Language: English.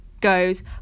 goes